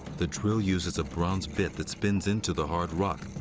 the drill uses a bronze bit that spins into the hard rock,